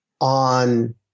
on